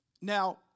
Now